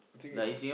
I think it was